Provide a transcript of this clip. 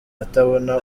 atabona